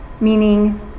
meaning